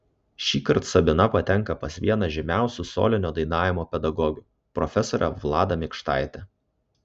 šįkart sabina patenka pas vieną žymiausių solinio dainavimo pedagogių profesorę vladą mikštaitę